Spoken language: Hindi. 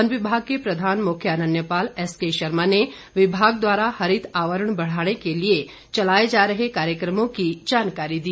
वन विभाग के प्रधान मुख्य अरण्यपाल एसके शर्मा ने विमाग द्वारा हरित आवरण बढ़ाने के लिए चलाए जा रहे कार्यक्रमों की जानकारी दी